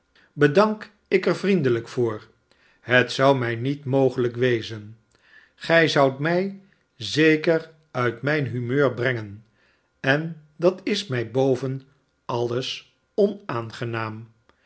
sbedank ik er vriendelijk voor het zou mij niet mogelijk wezen gij zoudt mij zeker uit mijn humeur brengen en dat is mij boven alles onaangenaam